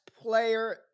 player